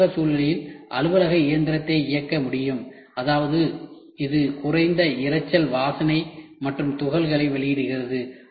அலுவலக சூழலில் அலுவலக இயந்திரத்தை இயக்க முடியும் அதாவது இது குறைந்தபட்ச இரைச்சல் வாசனை மற்றும் துகள்களை வெளியிடுகிறது